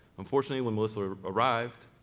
unfortunately when melissa arrived,